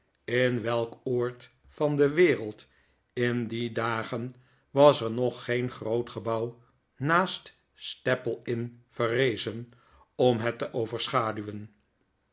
in welk oord van de wereld in die dagen was er nog geen groot gebouw naast staple inn verrezen om het te overschaduwen